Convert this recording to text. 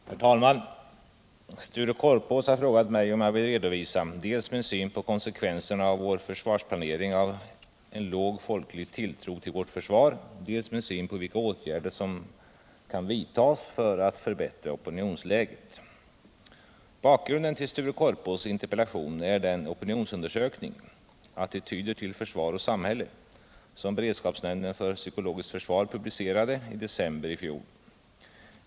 Herr talman! Sture Korpås har frågat mig om jag vill redovisa dels min syn på konsekvenserna för vår försvarsplanering av en låg folklig tilltro till vårt försvar, dels min syn på vilka åtgärder som kan vidtas för att förbättra opinionsläget. Bakgrunden till Sture Korpås interpellation är den opinionsundersökning — Attityder till försvar och samhälle — som beredskapsnämnden för psykologiskt försvar publicerade i december i fjol.